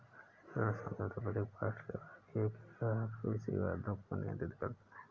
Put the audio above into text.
ऋण समझौता प्रत्येक पार्टी द्वारा किए गए आपसी वादों को नियंत्रित करता है